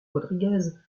rodriguez